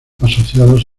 asociados